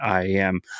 IAM